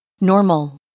normal